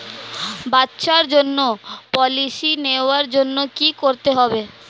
বাচ্চার জন্য পলিসি নেওয়ার জন্য কি করতে হবে?